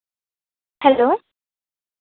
hello